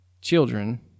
children